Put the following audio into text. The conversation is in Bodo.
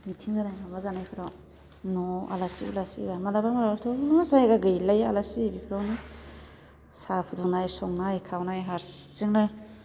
मिथिं जानाय माबा जानायफोराव न'आव आलासि उलासि फैबा मालाबा मालाबाथ' न' जायगा गैलायै आलासि फैयो बेफ्रावनो साहा फुदुंनाय संनाय खावनाय हारसिंनो